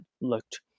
looked –